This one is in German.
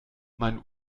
mein